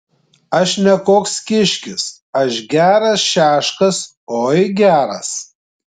aš ne koks kiškis aš geras šeškas oi geras